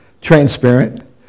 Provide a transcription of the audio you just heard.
transparent